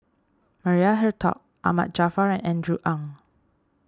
Maria Hertogh Ahmad Jaafar and Andrew Ang